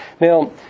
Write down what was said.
Now